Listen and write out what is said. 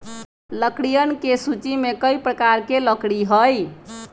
लकड़ियन के सूची में कई प्रकार के लकड़ी हई